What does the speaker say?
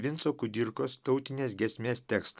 vinco kudirkos tautinės giesmės tekstą